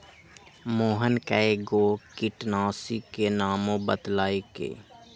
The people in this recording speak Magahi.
मोहन कै गो किटनाशी के नामो बतलकई